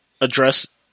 address